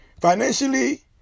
financially